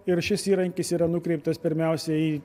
ir šis įrankis yra nukreiptas pirmiausia į